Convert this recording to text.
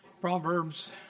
Proverbs